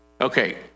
okay